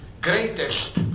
greatest